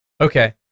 okay